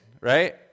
right